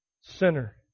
sinner